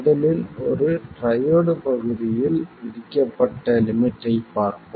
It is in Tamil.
முதலில் ஒரு ட்ரையோட் பகுதியில் விதிக்கப்பட்ட லிமிட்டைப் பார்ப்போம்